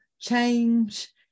change